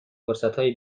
فرصتهای